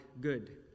good